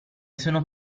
sono